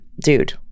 dude